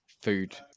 food